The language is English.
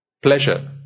Pleasure